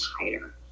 tighter